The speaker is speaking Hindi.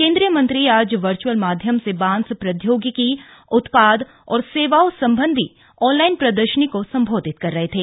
केंद्रीय मंत्री आज वर्च्अल माध्यम से बांस प्रौद्योगिकी उत्पाद और सेवाओं संबंधी ऑनलाइन प्रदर्शनी को संबोधित कर रहे थे